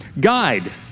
guide